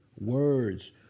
words